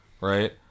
right